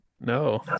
No